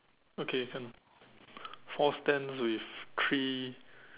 okay can four stands with three